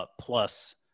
plus